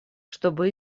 чтобы